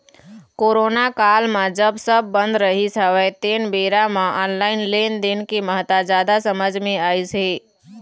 corona काल म जब सब बंद रहिस हवय तेन बेरा म ऑनलाइन लेनदेन के महत्ता जादा समझ मे अइस हे